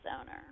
owner